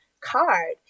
card